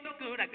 good